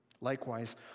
Likewise